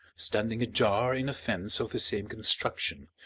standing ajar in a fence of the same construction!